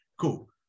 Cool